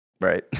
Right